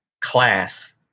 class